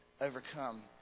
overcome